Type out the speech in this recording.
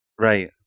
Right